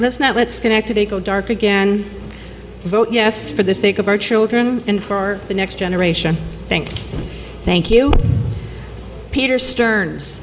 that's now it's connected a dark again vote yes for the sake of our children and for the next generation thanks thank you peter stern's